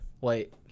wait